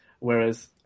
Whereas